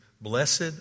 Blessed